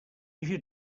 your